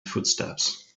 footsteps